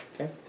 Okay